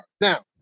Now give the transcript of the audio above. Now